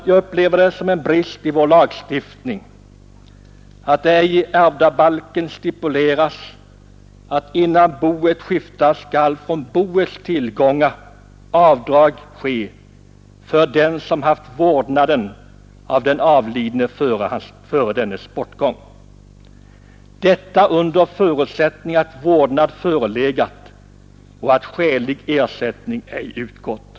Jag upplever det som en brist i vår lagstiftning att det i Onsdagen den ärvdabalken icke stipuleras, att innan arvet skiftas skall från boets 8 mars 1972 tillgångar avdrag göras för ersättning åt dem som haft vårdnaden av den ———— avlidne före dennes bortgång. En förutsättning skall alltså vara att vård = S k. hemmadotters verkligen har givits och att skälig ersättning härför icke har utgått. ”ä!!